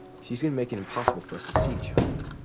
she's gonna make it impossible for us to see each other.